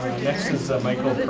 next is michael